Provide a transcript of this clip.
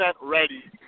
ready